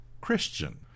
Christian